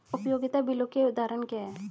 उपयोगिता बिलों के उदाहरण क्या हैं?